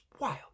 wild